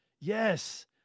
Yes